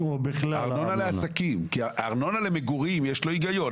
הארנונה למגורים, יש לה היגיון.